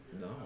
no